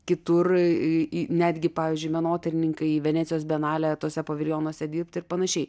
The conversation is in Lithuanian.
kitur į netgi pavyzdžiui menotyrininkai venecijos bienalėje tuose paviljonuose dirbti ir panašiai